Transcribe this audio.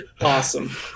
awesome